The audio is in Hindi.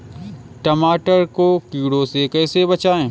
टमाटर को कीड़ों से कैसे बचाएँ?